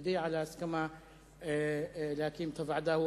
והוא יודיע על ההסכמה להקים את הוועדה.